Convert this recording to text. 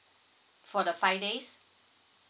for the five days